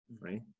right